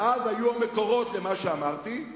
ואז היו מקורות למה שאמרתי,